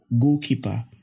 goalkeeper